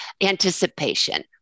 anticipation